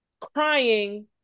crying